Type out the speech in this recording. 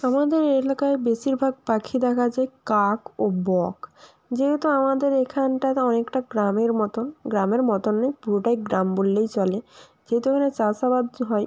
আমাদের এলাকায় বেশিরভাগ পাখি দেখা যায় কাক ও বক যেহেতু আমাদের এখনটাতে অনেকটা গ্রামের মতন গ্রামের মতন নয় পুরোটাই গ্রাম বললেই চলে যেহেতু এখানে চাষ আবাদ হয়